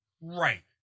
Right